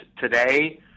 today